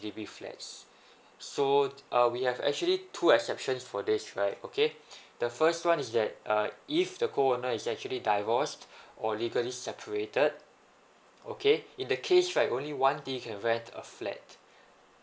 D_B flats so uh we have actually two exceptions for this right okay the first one is that uh if the co owner is actually divorced or legally separated okay in the case right only one they can rent a flat